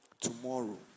tomorrow